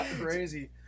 crazy